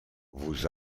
vous